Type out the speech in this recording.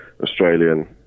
Australian